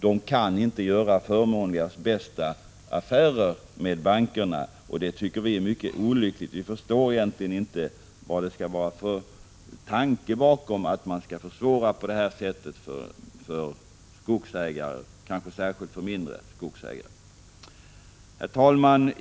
De kan inte göra förmånligaste tänkbara bankaffärer, och det tycker vi är mycket olyckligt. Vi förstår egentligen inte vad det ligger för tanke bakom att på det här sättet försvåra för skogsägare. Fru talman!